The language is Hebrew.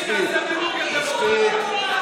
מספיק, מספיק.